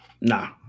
Nah